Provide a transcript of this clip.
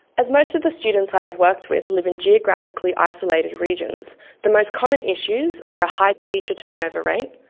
as most of the students i have worked with live in geographically isolated regions the most common issues are a high teacher turnover rate,